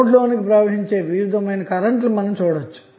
node లో ని కి ప్రవహించే వివిధ కరెంటు లు మీరు చూడచ్చు